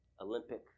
Olympic